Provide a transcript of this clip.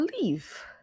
leave